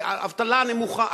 האבטלה הנמוכה,